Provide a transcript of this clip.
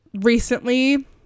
recently